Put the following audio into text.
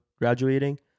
graduating